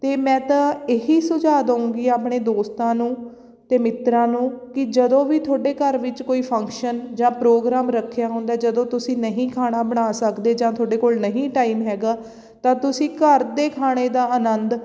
ਅਤੇ ਮੈਂ ਤਾਂ ਇਹੀ ਸੁਝਾਅ ਦਉਂਗੀ ਆਪਣੇ ਦੋਸਤਾਂ ਨੂੰ ਅਤੇ ਮਿੱਤਰਾਂ ਨੂੰ ਕਿ ਜਦੋਂ ਵੀ ਤੁਹਾਡੇ ਘਰ ਵਿੱਚ ਕੋਈ ਫੰਕਸ਼ਨ ਜਾਂ ਪ੍ਰੋਗਰਾਮ ਰੱਖਿਆ ਹੁੰਦਾ ਜਦੋਂ ਤੁਸੀਂ ਨਹੀਂ ਖਾਣਾ ਬਣਾ ਸਕਦੇ ਜਾਂ ਤੁਹਾਡੇ ਕੋਲ ਨਹੀਂ ਟਾਈਮ ਹੈਗਾ ਤਾਂ ਤੁਸੀਂ ਘਰ ਦੇ ਖਾਣੇ ਦਾ ਅਨੰਦ